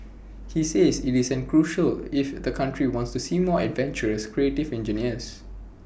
he says IT is crucial if the country wants to see more adventurous creative engineers